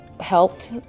helped